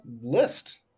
list